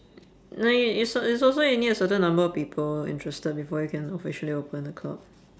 like i~ it's it's also you need a certain number of people interested before you can officially open a club